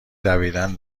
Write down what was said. دویدن